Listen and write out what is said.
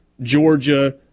Georgia